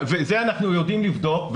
וזה אנחנו יודעים לבדוק,